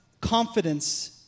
confidence